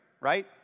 right